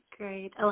Great